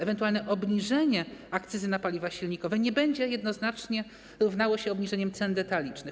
Ewentualne obniżenie akcyzy na paliwa silnikowe nie będzie jednoznacznie równało się obniżeniu cen detalicznych.